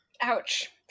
Ouch